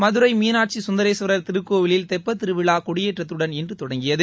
மதுரை மீனாட்சி சுந்தரேஸ்வரர் திருக்கோவிலில் தெப்பத்திருவிழா கொடியேற்றத்துடன் இன்று தொடங்கியது